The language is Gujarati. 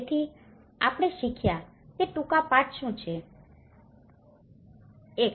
તેથી આપણે શીખ્યા છે તે ટૂંકા પાઠ શું છે